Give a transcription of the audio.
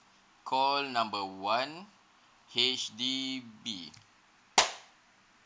call number one H_D_B